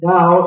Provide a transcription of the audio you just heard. Now